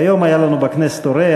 והיום היה לנו בכנסת אורח,